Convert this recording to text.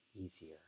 easier